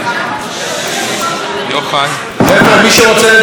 חבר'ה, מי שרוצה לדבר, שיצא או תצא החוצה, בבקשה.